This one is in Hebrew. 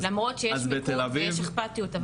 למרות שיש מיקוד ויש אכפתיות.